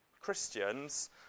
Christians